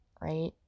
right